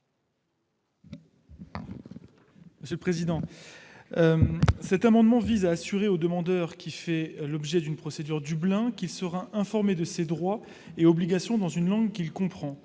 Xavier Iacovelli. Cet amendement vise à assurer au demandeur faisant l'objet d'une procédure « Dublin » qu'il sera informé de ses droits et obligations dans une langue qu'il comprend.